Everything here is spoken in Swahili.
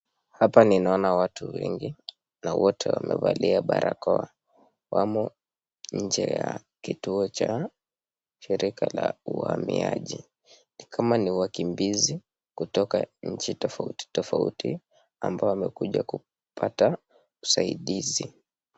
Hapa ninaona watu wengi na wote wamevalia barakoa. Wamo nje ya kituo cha shirika la uamiaji. Ni kama ni wakimbizi kutoka nchi tofauti tofauti ambao wamekuja kupata usaidizi.